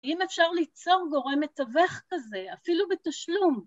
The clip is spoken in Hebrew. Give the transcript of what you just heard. ‫האם אפשר ליצור גורם מתווך כזה, ‫אפילו בתשלום?